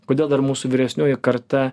kodėl dar mūsų vyresnioji karta